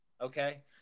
Okay